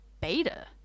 beta